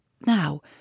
now